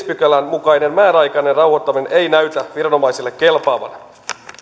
pykälän mukainen määräaikainen rauhoittaminen ei näytä viranomaisille kelpaavan